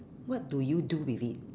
what do you do with it